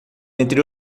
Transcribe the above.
entre